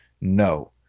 no